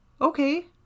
Okay